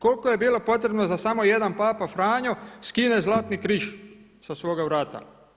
Koliko je bilo potrebno da samo jedan Papa Franjo skine zlatni križ sa svoga vrata?